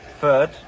third